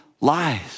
lies